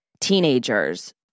teenagers